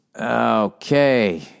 Okay